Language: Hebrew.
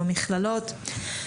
במכללות.